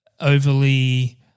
overly